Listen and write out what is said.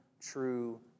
true